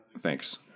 Thanks